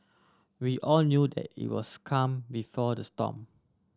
we all knew that it was calm before the storm